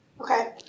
Okay